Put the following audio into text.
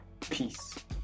peace